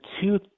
two